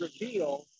reveal